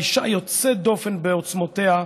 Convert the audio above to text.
אישה יוצאת דופן בעוצמותיה,